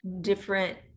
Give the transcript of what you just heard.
different